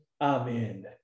Amen